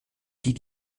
die